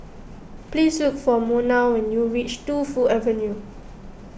please look for Monna when you reach Tu Fu Avenue